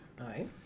Hi